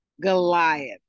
Goliath